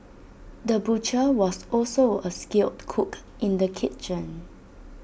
the butcher was also A skilled cook in the kitchen